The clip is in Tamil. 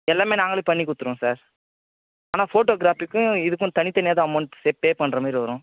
எல்லாம் நாங்கள் பண்ணிக் கொடுத்துருவோம் சார் ஆனால் போட்டோகிராஃபிக்கும் இதுக்கும் தனித்தனியாக தான் அமௌண்ட் பே பண்ணுற மாதிரி வரும்